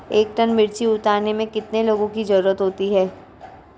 एक टन मिर्ची उतारने में कितने लोगों की ज़रुरत होती है?